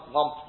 one